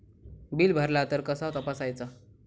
Bill भरला तर कसा तपसायचा?